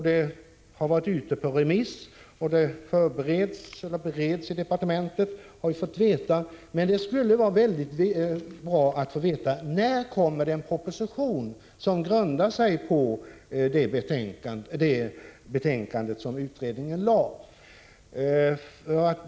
Det har varit ute på remiss, och det bereds, har vi fått veta, i departementet. Det skulle vara bra att få veta när det kommer en proposition som grundar sig på utredningens betänkande.